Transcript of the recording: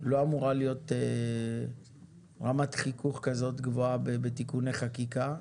לא אמורה להיות רמת חיכוך כזאת גבוהה בתיקוני חקיקה,